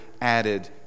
added